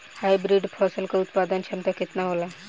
Hybrid फसल क उत्पादन क्षमता केतना होला?